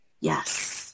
Yes